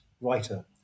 writer